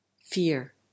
Fear